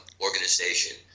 organization